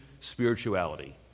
spirituality